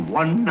one